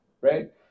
right